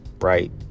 Right